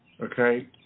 Okay